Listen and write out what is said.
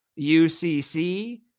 UCC